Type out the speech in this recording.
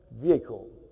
vehicle